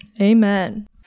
Amen